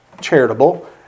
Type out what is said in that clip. charitable